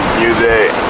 new day,